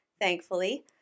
thankfully